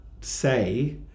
say